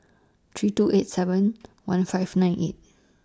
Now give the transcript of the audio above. three two eight seven one five nine eight